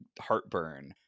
heartburn